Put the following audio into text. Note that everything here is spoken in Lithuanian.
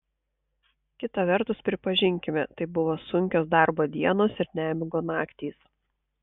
kita vertus pripažinkime tai buvo sunkios darbo dienos ir nemigo naktys